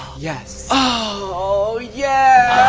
yes! oh yeah!